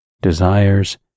desires